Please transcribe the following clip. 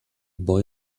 boy